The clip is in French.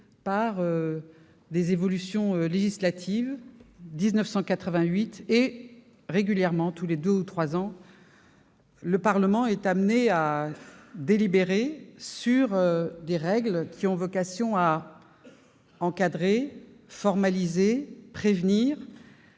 par des évolutions législatives régulières. Tous les deux ou trois ans, le Parlement est amené à délibérer sur des règles qui ont vocation à encadrer, à formaliser la